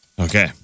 Okay